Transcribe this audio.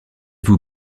vous